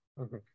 okay